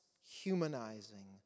humanizing